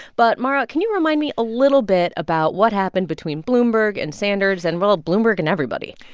but, mara, can you remind me a little bit about what happened between bloomberg and sanders and, well, ah bloomberg and everybody?